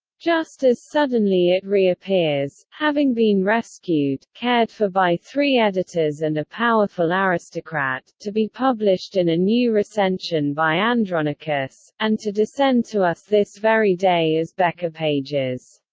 just as suddenly it reappears, having been rescued, cared for by three editors and a powerful aristocrat, to be published in a new recension by andronicus, and to descend to us this very day as bekker pages.